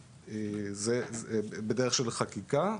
בדרך של חקיקה.